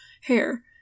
hair